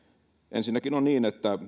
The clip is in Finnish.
ensinnäkin on niin että